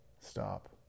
stop